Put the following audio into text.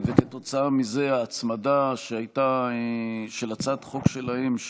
כתוצאה מזה ההצמדה של הצעת החוק שלהם,